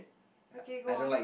okay go on